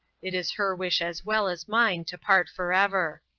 it is her wish as well as mine to part for ever.